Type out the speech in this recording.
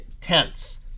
tense